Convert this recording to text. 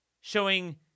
showing